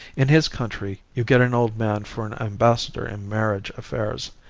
in his country you get an old man for an ambassador in marriage affairs.